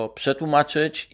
przetłumaczyć